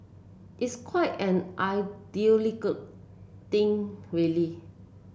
it's quite an ideological thing really